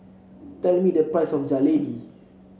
tell me the price of Jalebi